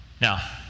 Now